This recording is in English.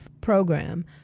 program